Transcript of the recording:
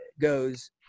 goes